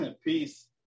peace